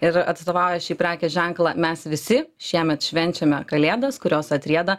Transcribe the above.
ir atstovauja šį prekės ženklą mes visi šiemet švenčiame kalėdas kurios atrieda